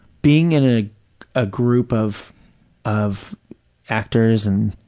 being in a ah group of of actors and,